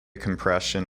compression